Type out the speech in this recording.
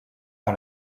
par